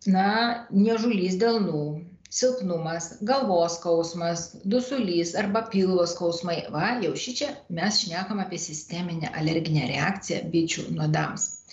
na niežulys delnų silpnumas galvos skausmas dusulys arba pilvo skausmai va jau šičia mes šnekam apie sisteminę alerginę reakciją bičių nuodams